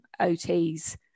OTs